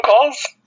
calls